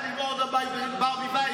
אתה אמרת את שלך אבל אני דיברתי על החיים עצמם.